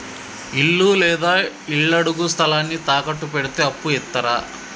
ఇల్లు లేదా ఇళ్లడుగు స్థలాన్ని తాకట్టు పెడితే అప్పు ఇత్తరా?